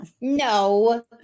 No